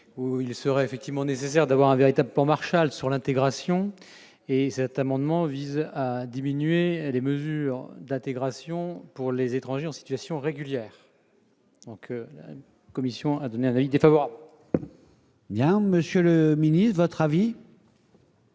effectivement nécessaire d'avoir un véritable plan Marshall sur l'intégration et cet amendement vise à diminuer les mesures d'intégration pour les étrangers en situation régulière, donc la commission a donné un avis défavorable. Il y a un an, Monsieur le Ministre votre avis.